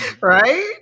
Right